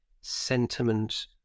sentiment